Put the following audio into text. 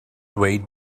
dweud